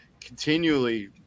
continually